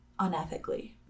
unethically